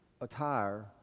attire